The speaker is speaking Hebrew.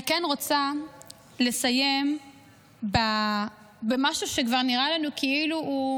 אני כן רוצה לסיים במשהו שכבר נראה לנו כאילו הוא